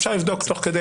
אפשר לבדוק בגוגל תוך כדי